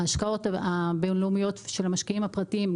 ההשקעות הבין-לאומיות של המשקיעים הפרטיים,